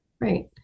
right